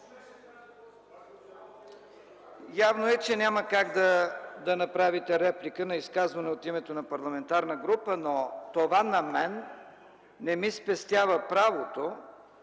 Явно е, че не може да се направи реплика на изказване от името на парламентарна група. Това обаче не ми спестява правото